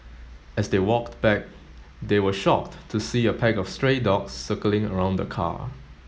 as they walked back they were shocked to see a pack of stray dogs circling around the car